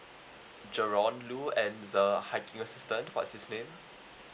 jerone loo and the hiking assistant what's his name